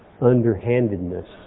underhandedness